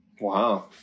Wow